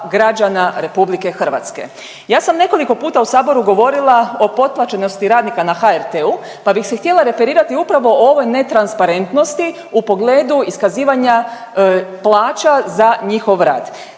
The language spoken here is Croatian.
građana RH. Ja sam nekoliko puta u Saboru govorila o potplaćenosti radnika na HRT-u pa bih se htjela referirati upravo o ovoj netransparentnosti u pogledu iskazivanja plaća za njihov rad.